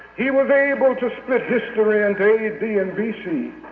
he was able to split history into a d. and b c.